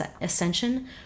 ascension